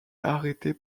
arrêtée